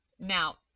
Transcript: Now